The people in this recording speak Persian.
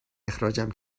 اخراجم